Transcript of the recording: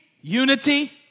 unity